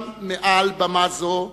גם מעל במה זו,